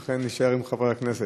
ולכן אני אשאר עם "חבר הכנסת".